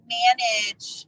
manage